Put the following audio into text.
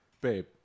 Babe